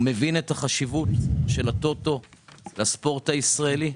הוא מבין את החשיבות של ה-טוטו לספורט הישראלי,